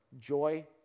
joy